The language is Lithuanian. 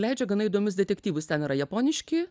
leidžia gana įdomius detektyvus ten yra japoniški